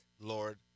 Lord